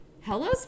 hello